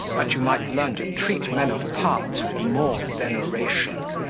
that you might learn to treat men of parts with more veneration.